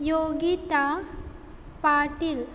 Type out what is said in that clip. Yogita Patil